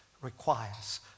requires